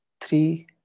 three